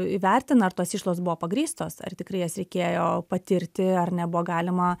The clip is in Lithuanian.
įvertina ar tos išlaidos buvo pagrįstos ar tikrai jas reikėjo patirti ar nebuvo galima